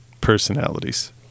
personalities